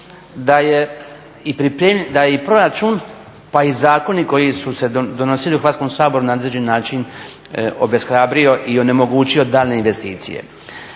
da je i proračun pa i zakoni koji su se donosili u Hrvatskom saboru na određeni način obeshrabrio i onemogućio daljnje investicije.